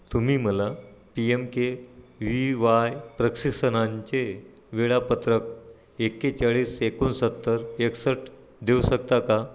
तुम्ही मला P M K V Y प्रशिक्षणाचे वेळापत्रक एकेचाळीस एकोणसत्तर एकसष्ट देऊ शकता का